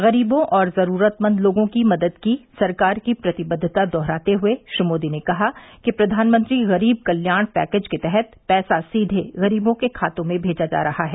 गरीबों और जरूरतमंद लोगों की मदद की सरकार की प्रतिबद्वता दोहराते हुए श्री मोदी ने कहा कि प्रधानमंत्री गरीब कल्याण पैकेज के तहत पैसा सीधे गरीबों के खातों में भेजा जा रहा है